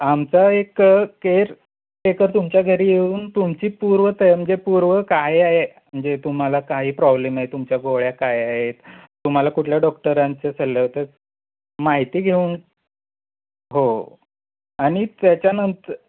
आमचा एक केअरटेकर तुमच्या घरी येऊन तुमची पूर्वत म्हणजे पूर्व काय आहे म्हणजे तुम्हाला काही प्रॉब्लेम आहे तुमच्या गोळ्या काय आहेत तुम्हाला कुठल्या डॉक्टरांचा सल्ला तर माहिती घेऊन हो आणि त्याच्यानंतर